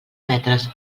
metres